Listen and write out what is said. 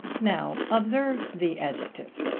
now observe the adjective.